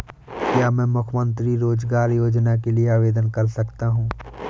क्या मैं मुख्यमंत्री रोज़गार योजना के लिए आवेदन कर सकता हूँ?